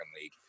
League